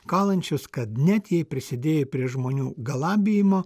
kalančius kad net jei prisidėjo prie žmonių galabijimo